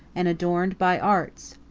and adorned by arts.